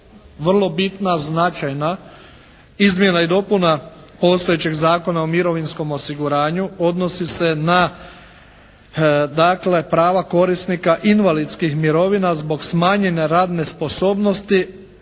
vrlo bitna značajna izmjena i dopuna postojećeg Zakona o mirovinskom osiguranju odnosi se na dakle prava korisnika invalidskih mirovina zbog smanjene radne sposobnosti